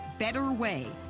BETTERWAY